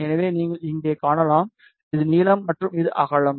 எனவே நீங்கள் இங்கே காணலாம் இது நீளம் மற்றும் இது அகலம்